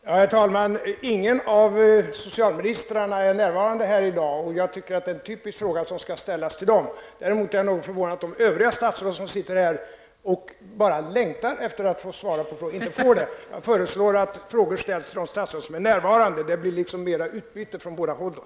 Herr talman! Varken socialministern eller vice socialministern är närvarande i kammaren i dag. Jag tycker att den här frågan är en typisk fråga att ställa till dem. Sedan vill jag säga att jag är något förvånad över att övriga statsråd som sitter här och längtar efter att få svara på frågor inte får den möjligheten. Jag föreslår därför att frågor ställs också till andra närvarande statsråd. Det blir då ett större utbyte från båda hållen.